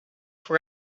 for